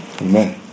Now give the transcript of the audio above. Amen